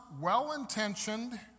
well-intentioned